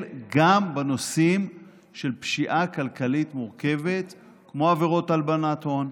גם בנושאים של פשיעה כלכלית מורכבת כמו עבירות הלבנת הון,